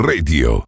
Radio